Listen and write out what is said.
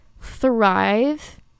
thrive